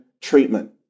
treatment